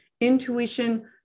intuition